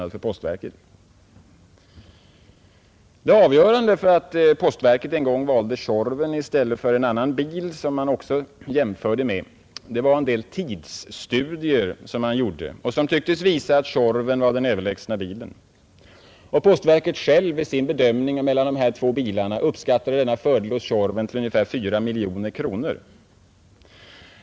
Det avgörande för att postverket en gång valde Tjorven i stället för en annan bil, som man jämförde med, var en del tidsstudier som tycktes visa, att Tjorven var den överlägsna bilen. Postverket självt uppskattade vid sin bedömning av de här två bilarna denna fördel hos Tjorven till ungefär 4 miljoner kronor.